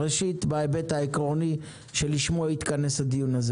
ראשית, בהיבט העקרוני שלשמו התכנס הדיון הזה